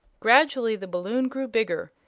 gradually the balloon grew bigger,